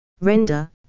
Render